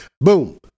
boom